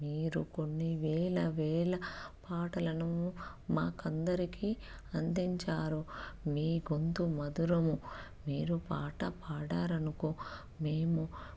మీరు కొన్ని వేల వేల పాటలను మాకు అందరికి అందించారు మీ గొంతు మధురము మీరు పాట పాడారనుకో మేము